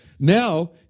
Now